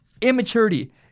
immaturity